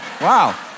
Wow